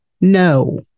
no